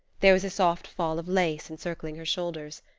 there was a soft fall of lace encircling her shoulders.